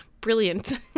Brilliant